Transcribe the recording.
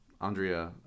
Andrea